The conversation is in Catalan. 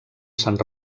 sant